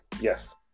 Yes